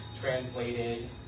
translated